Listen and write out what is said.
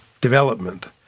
development